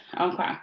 okay